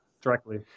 directly